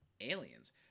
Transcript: aliens